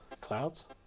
Clouds